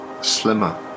slimmer